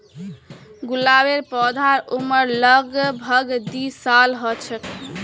गुलाबेर पौधार उम्र लग भग दी साल ह छे